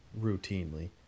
routinely